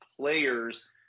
players